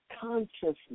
consciousness